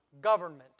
government